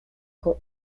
quand